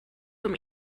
from